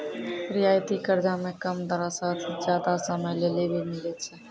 रियायती कर्जा मे कम दरो साथ जादा समय लेली भी मिलै छै